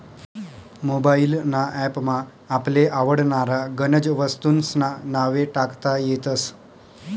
mobile ना app मा आपले आवडनारा गनज वस्तूंस्ना नावे टाकता येतस